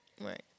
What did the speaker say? Right